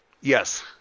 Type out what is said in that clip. Yes